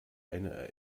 eine